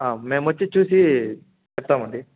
మేమొచ్చి చూసి పెడతామండి